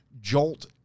Jolt